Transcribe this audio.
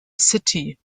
city